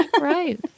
Right